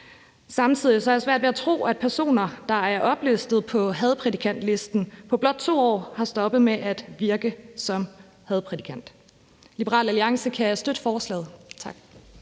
Samtidig har jeg svært ved at tro, at personer, der er oplistet på hadprædikantlisten, på blot 2 år er stoppet med at virke som hadprædikanter. Liberal Alliance kan støtte forslaget. Tak.